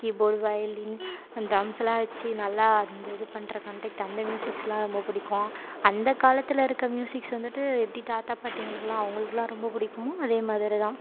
keyboard violin ட்ரம்ஸுல்லாம் வெச்சு நல்லா இந்த இது பண்றதுக்காண்டி தந்த மியூசிக்ஸ் எல்லாம் ரொம்ப பிடிக்கும் அந்த காலத்தில் இருக்க மியூசிக்ஸ் வந்துவிட்டு எப்படி தாத்தா பாட்டிகளுக்கெல்லாம் அவங்களுக்கெல்லாம் ரொம்ப பிடிக்குமோ அதே மாதிரி தான்